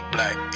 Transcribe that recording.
Black